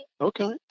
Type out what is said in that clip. Okay